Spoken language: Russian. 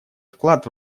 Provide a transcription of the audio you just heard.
вклад